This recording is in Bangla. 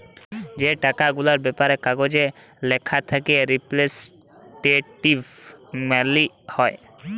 যে টাকা গুলার ব্যাপারে কাগজে ল্যাখা থ্যাকে রিপ্রেসেলট্যাটিভ মালি হ্যয়